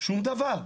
שום דבר.